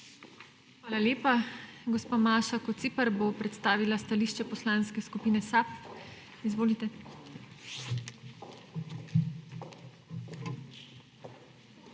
Hvala lepa. Gospa Maša Kociper bo predstavila stališče Poslanske skupine SAB. Izvolite. **MAŠA